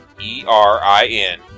E-R-I-N